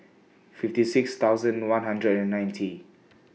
fifty six thousand one hundred and ninety